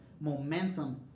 momentum